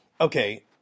Okay